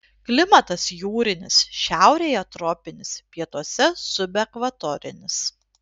klimatas jūrinis šiaurėje tropinis pietuose subekvatorinis